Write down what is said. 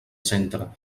centre